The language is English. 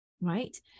right